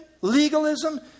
legalism